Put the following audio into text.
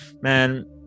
man